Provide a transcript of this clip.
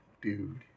Dude